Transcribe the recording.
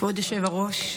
כבוד היושב-ראש,